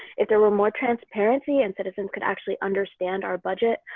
if there were more transparency and citizens could actually understand our budget,